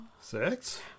Six